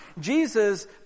Jesus